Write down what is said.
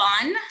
fun